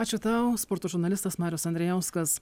ačiū tau sporto žurnalistas marius andrijauskas